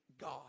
God